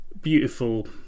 beautiful